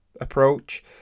approach